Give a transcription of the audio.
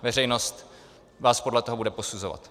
Veřejnost vás podle toho bude posuzovat.